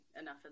enough